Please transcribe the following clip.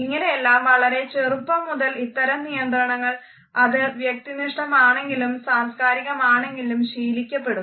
ഇങ്ങനെയെല്ലാം വളരെ ചെറുപ്പം മുതൽ ഇത്തരം നിയന്ത്രണങ്ങൾ അത് വ്യക്തിനിഷ്ഠമാണെങ്കിലും സാംസ്കാരികമാണെങ്കിലും ശീലിക്കപ്പെടുന്നു